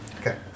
Okay